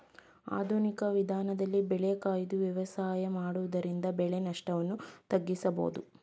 ಆಧುನಿಕ ವಿಧಾನದಲ್ಲಿ ಬೆಳೆ ಕೊಯ್ದು ವ್ಯವಸಾಯ ಮಾಡುವುದರಿಂದ ಬೆಳೆ ನಷ್ಟವನ್ನು ತಗ್ಗಿಸಬೋದು